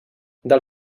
del